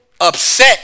upset